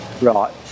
Right